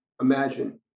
imagine